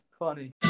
Funny